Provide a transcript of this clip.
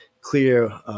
clear